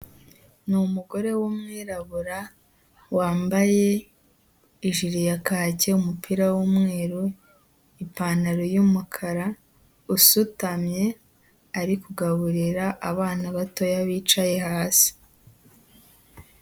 Ni umugore w'umwirabura wambaye ijiri ya kake, umupira w'umweru, ipantaro y'umukara, usutamye, ari kugaburira abana batoya bicaye hasi.